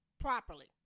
properly